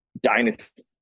dynasty